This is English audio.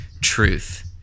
truth